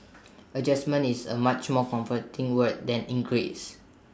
adjustment is A much more comforting word than increase